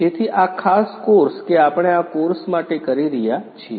તેથી આ ખાસ કોર્સ કે આપણે આ કોર્સ માટે કરી રહ્યા છીએ